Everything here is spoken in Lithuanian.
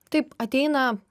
taip ateina